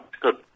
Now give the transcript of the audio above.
good